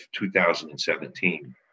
2017